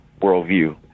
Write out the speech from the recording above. worldview